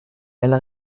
elle